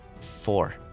Four